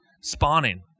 spawning